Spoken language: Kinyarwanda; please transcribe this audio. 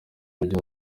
mujyi